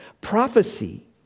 Prophecy